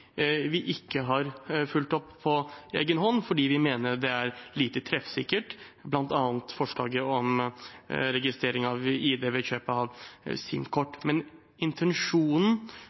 vi ikke har fulgt opp på egen hånd, fordi vi mener det er lite treffsikkert, bl.a. forslaget om registrering av ID ved kjøp av SIM-kort. Men intensjonen